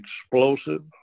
explosive